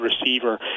receiver